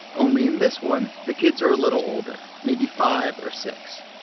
only in this one, the kids are a little older, maybe five or six.